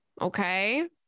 Okay